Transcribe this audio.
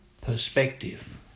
perspective